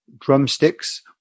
drumsticks